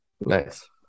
nice